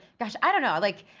gosh, i don't know. i'll like